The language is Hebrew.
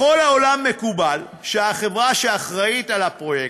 בכל העולם מקובל שהחברה שאחראית לפרויקט,